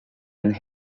and